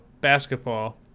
basketball